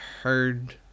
heard